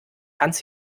hans